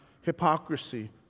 hypocrisy